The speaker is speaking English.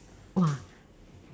!wah!